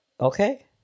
Okay